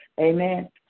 Amen